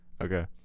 Okay